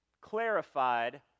clarified